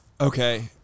Okay